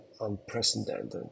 unprecedented